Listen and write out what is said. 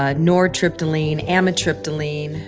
ah nortriptyline, amitriptyline,